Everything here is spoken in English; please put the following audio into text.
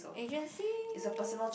agencies